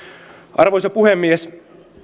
arvoisa puhemies